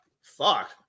Fuck